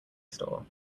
store